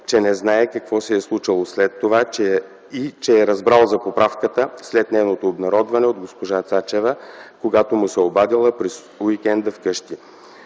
че не знае какво се е случило след това и е разбрал за поправката след нейното обнародване от госпожа Цецка Цачева, когато му се обадила през уикенда вкъщи.